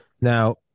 Now